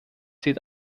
sieht